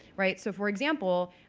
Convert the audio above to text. right? so for example,